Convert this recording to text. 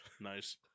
Nice